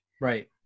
Right